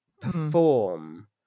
perform